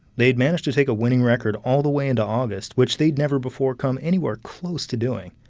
they'd managed to take a winning record all the way into august, which they'd never before come anywhere close to doing.